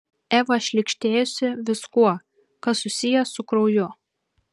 eva šlykštėjosi viskuo kas susiję su krauju